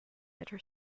metro